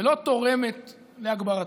ולא תורמת להגברתו.